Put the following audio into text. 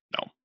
No